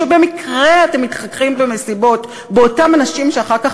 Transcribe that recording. כשבמקרה אתם מתחככים במסיבות באותם אנשים שאחר כך